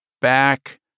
back